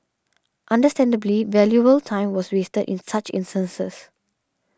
understandably valuable time was wasted in such instances